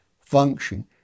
function